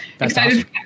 excited